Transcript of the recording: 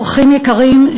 אורחים יקרים,